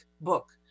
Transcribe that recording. book